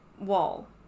wall